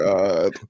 God